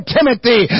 Timothy